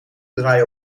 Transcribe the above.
draaien